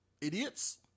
Idiots